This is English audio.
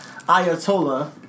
Ayatollah